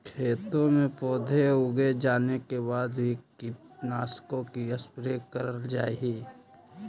खेतों में पौधे उग जाने के बाद भी कीटनाशकों का स्प्रे करल जा हई